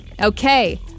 Okay